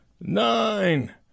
nine